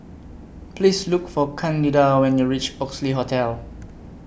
Please Look For Candida when YOU REACH Oxley Hotel